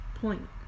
point